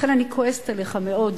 לכן אני כועסת עליך מאוד.